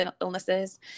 illnesses